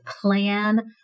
plan